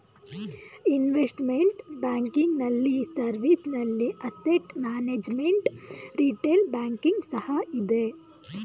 investment banking ನಲ್ಲಿ service ನಲ್ಲಿ asset management, retail banking ಸಹ ಇದೆ